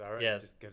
Yes